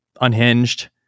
unhinged